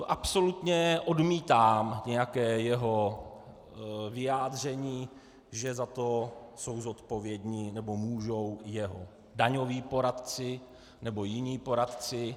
Absolutně odmítám nějaké jeho vyjádření, že za to jsou zodpovědní nebo můžou za to jeho daňoví poradci nebo jiní poradci.